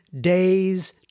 days